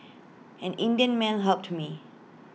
an Indian man helped me